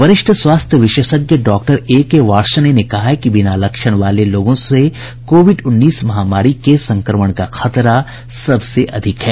वरिष्ठ स्वास्थ्य विशेषज्ञ डॉक्टर ए के वार्ष्णेय ने कहा है कि बिना लक्षण वाले लोगों से कोविड उन्नीस महामारी के संक्रमण का खतरा सबसे अधिक है